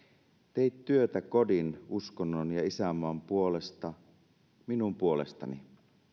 teit työtä kodin uskonnon ja isänmaan puolesta minun puolestani